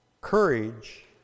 Courage